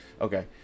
Okay